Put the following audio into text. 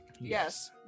Yes